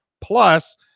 plus